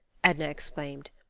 edna exclaimed.